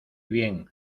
bien